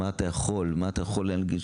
ובמה הוא יכול להשתמש,